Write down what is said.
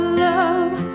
love